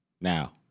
Now